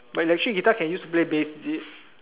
but electric guitar can use to play bass is it